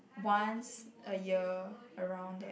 once a year around that